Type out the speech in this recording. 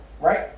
right